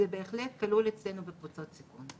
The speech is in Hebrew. זה בהחלט כלול אצלנו בקבוצות סיכון.